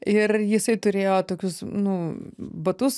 ir jisai turėjo tokius nu batus